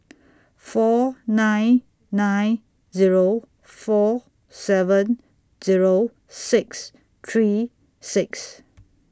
four nine nine Zero four seven Zero six three six